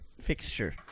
fixture